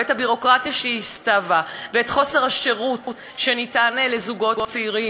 ואת הביורוקרטיה שהסתאבה ואת חוסר השירות לזוגות צעירים,